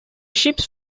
ships